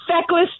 feckless